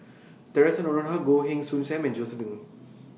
Theresa Noronha Goh Heng Soon SAM and Josef Ng